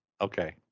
okay